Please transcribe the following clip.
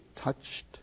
touched